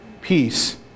peace